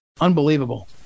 unbelievable